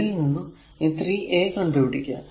ഇതിൽ നിന്നും ഈ 3 a കണ്ടു പിടിക്കുക